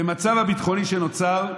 במצב הביטחוני שנוצר,